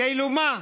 כאילו, מה?